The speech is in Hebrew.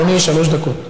בבקשה, אדוני, שלוש דקות.